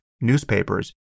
newspapers